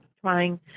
trying